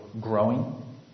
growing